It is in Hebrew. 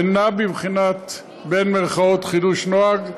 אינה בבחינת "חידוש נוהג",